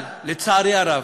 אבל, לצערי הרב,